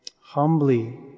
Humbly